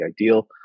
ideal